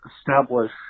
establish